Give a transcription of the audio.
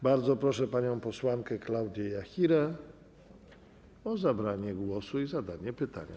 Bardzo proszę panią posłankę Klaudię Jachirę o zabranie głosu i zadanie pytania.